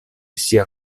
ŝia